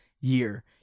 year